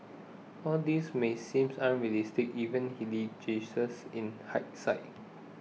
all this may seem unrealistic even in hindsight